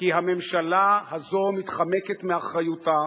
כי הממשלה הזאת מתחמקת מאחריותה,